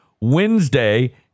Wednesday